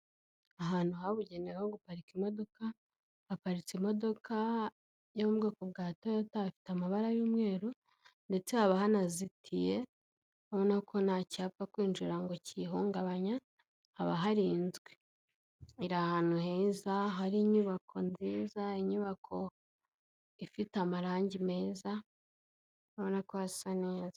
Ahantu habugenewe ho guparika imodoka, haparitse imodoka yo mu bwoko bwa toyota ifite amabara y'umweru ndetse haba hanazitiye ubona ko nta cyapfa kwinjira ngo kihungabanya haba harinzwe, iri ahantu heza hari inyubako nziza, inyubako ifite amarangi meza, ubona ko hasa neza.